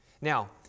Now